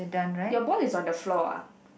your ball is on the floor ah